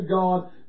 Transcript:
God